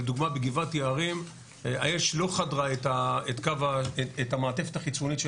לדוגמה בגבעת יערים האש לא חדרה את המעטפת החיצונית של